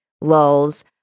lulls